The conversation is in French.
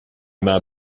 mains